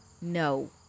No